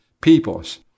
peoples